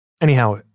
Anyhow